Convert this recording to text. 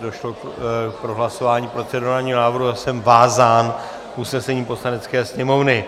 Došlo k prohlasování procedurálního návrhu a jsem vázán usnesením Poslanecké sněmovny.